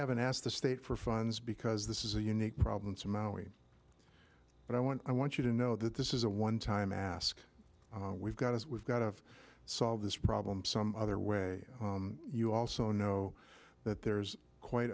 haven't asked the state for funds because this is a unique problem to maui but i want i want you to know that this is a one time ask we've got is we've got to solve this problem some other way you also know that there's quite